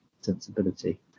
sensibility